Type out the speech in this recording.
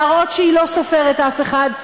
להראות שהיא לא סופרת אף אחד,